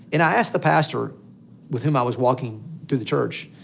and i asked the pastor with whom i was walking through the church,